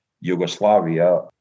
Yugoslavia